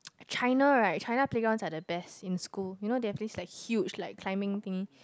China right China playgrounds are the best in school you know they have this like huge like climbing thing